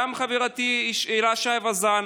גם חברתי הילה שי וזאן,